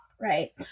right